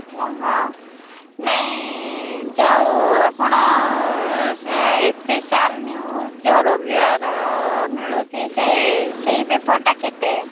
ଓ ହଃ ନାଇ ଯେଉଁ ଆପଣ ଏ ସ୍ପେସିଆଲ୍ ନ୍ୟୁଜ୍ ଯେଉଁ ରବିବାର ମିଳୁଛି ସେ ସେଇ ପେପର୍ଟା କେତେ